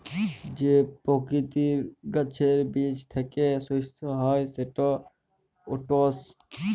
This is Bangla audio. যে পকিতির গাহাচের বীজ থ্যাইকে শস্য হ্যয় সেট ওটস